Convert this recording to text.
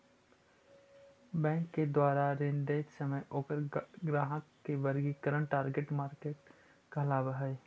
bank के द्वारा ऋण देइत समय ओकर ग्राहक के वर्गीकरण टारगेट मार्केट कहलावऽ हइ